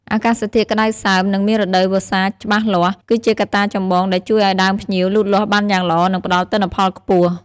អាកាសធាតុក្តៅសើម និងមានរដូវវស្សាច្បាស់លាស់ គឺជាកត្តាចម្បងដែលជួយឱ្យដើមផ្ញៀវលូតលាស់បានយ៉ាងល្អ និងផ្តល់ទិន្នផលខ្ពស់។